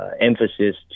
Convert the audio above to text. emphasis